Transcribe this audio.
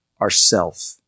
ourself